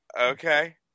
Okay